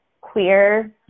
queer